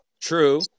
true